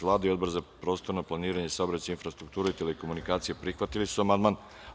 Vlada i Odbor za prostorno planiranje, saobraćaj, infrastrukturu i telekomunikacije prihvatili su amandman.